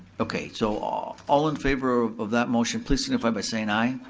okay, so all all in favor of that motion, please signify by saying aye.